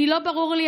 לא ברור לי.